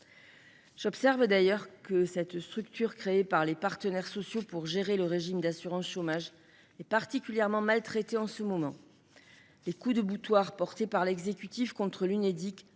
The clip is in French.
J’observe d’ailleurs que cette structure, créée par les partenaires sociaux pour gérer le régime d’assurance chômage, est particulièrement maltraitée en ce moment. Les coups de boutoir portés par l’exécutif contre l’Unédic